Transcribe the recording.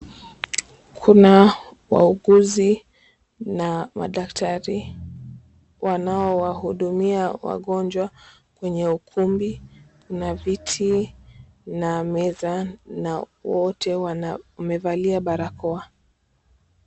Kuna wauguzi na madaktari wanaowahudumia wagonjwa kwenye ukumbi, kuna viti, kuna meza na wote wamevalia barakoa.